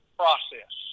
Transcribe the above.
process